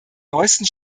neuesten